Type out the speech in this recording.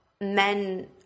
men